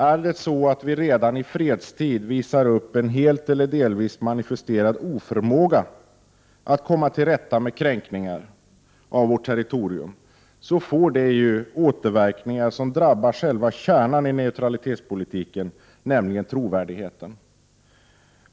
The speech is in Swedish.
Visar Sverige redan i fredstid en helt eller delvis manifesterad oförmåga att komma till rätta med kränkningar av vårt territorium, får det återverkningar som drabbar själva kärnan i neutralitetspolitiken, nämligen trovärdigheten.